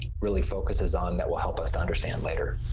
ah really focuses on that will help us to understand later